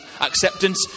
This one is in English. acceptance